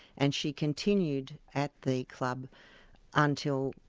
and she continued at the club until,